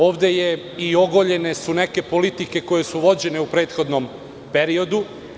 Ovde su ogoljene i neke politike koje su vođene u prethodnom periodu.